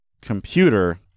computer